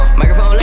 microphone